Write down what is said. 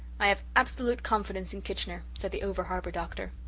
i have absolute confidence in kitchener, said the over-harbour doctor.